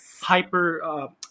hyper